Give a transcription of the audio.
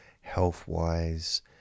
health-wise